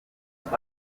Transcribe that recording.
mick